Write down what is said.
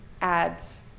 ads